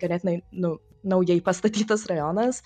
ganėtinai nu naujai pastatytas rajonas